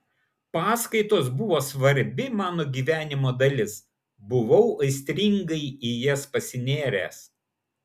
paskaitos buvo svarbi mano gyvenimo dalis buvau aistringai į jas pasinėręs